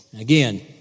Again